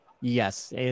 yes